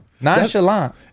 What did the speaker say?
nonchalant